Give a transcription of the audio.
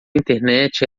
internet